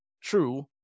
true